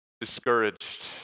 discouraged